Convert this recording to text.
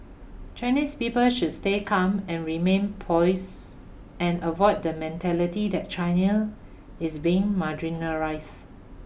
Chinese people should stay calm and remain poised and avoid the mentality that is being marginalised